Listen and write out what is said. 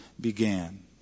began